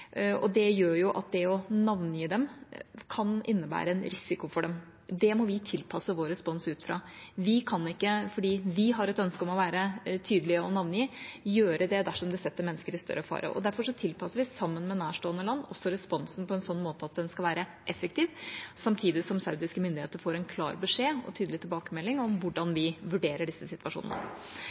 ambassader. Det gjør at det å navngi dem kan innebære en risiko for dem. Det må vi tilpasse vår respons ut fra. Vi kan ikke, selv om vi har et ønske om å være tydelige og navngi, gjøre det dersom det setter mennesker i større fare. Derfor tilpasser vi sammen med nærstående land også responsen på en sånn måte at den skal være effektiv, samtidig som saudiske myndigheter får en klar beskjed og tydelig tilbakemelding om hvordan vi vurderer disse situasjonene.